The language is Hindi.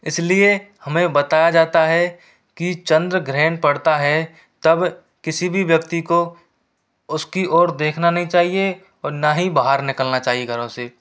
इसलिए हमें बताया जाता है कि चंद्रग्रहण पड़ता है तब किसी भी व्यक्ति को उसकी ओर देखना नहीं चाहिए और न ही बाहर निकलना चाहिए घरों से